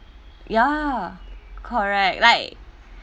ya correct like